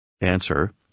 Answer